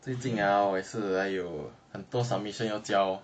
最近 ah 我也是 !aiyo! 很多 submission 要交